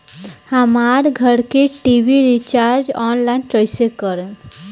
हमार घर के टी.वी रीचार्ज ऑनलाइन कैसे करेम?